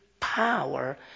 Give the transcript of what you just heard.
...power